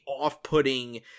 off-putting